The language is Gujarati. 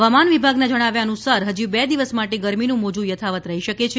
હવામાન વિભાગના જણાવ્યા અનુસાર હજી બે દિવસ માટે ગરમીનું મોજું યથાવત રહી શકે છે